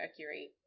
Mercury